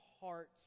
hearts